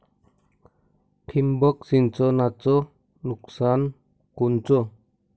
ठिबक सिंचनचं नुकसान कोनचं?